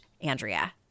Andrea